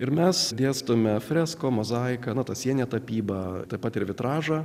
ir mes dėstome freską mozaiką sieninę tapybą taip pat ir vitražą